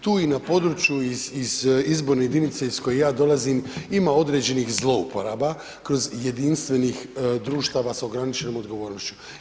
Tu i na području iz izborne jedinice iz koje ja dolazim ima određenih zlouporaba kroz jedinstvenih društava s ograničenom odgovornošću.